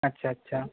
আচ্ছা আচ্ছা